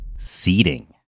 Seating